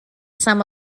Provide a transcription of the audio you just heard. some